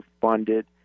funded